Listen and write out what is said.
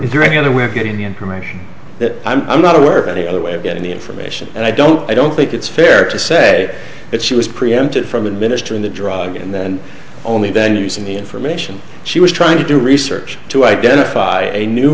is there any other way of getting the information that i'm not aware of any other way of getting the information and i don't i don't think it's fair to say that she was preempted from administering the drug and then only then using the information she was trying to do research to identify a new